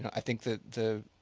i think the the